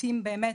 הבתים באמת,